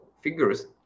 figures